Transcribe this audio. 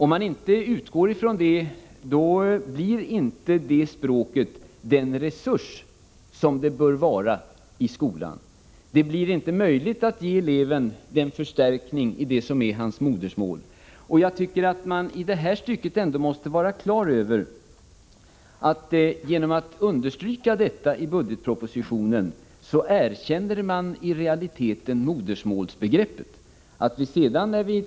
Om man inte utgår från det blir inte detta språk den resurs som det bör vara i skolan. Det blir inte möjligt att ge eleven förstärkning i modersmålet. Då detta understryks i budgetpropositionen måste man vara på det klara med att modersmålsbegreppet i realiteten erkänns.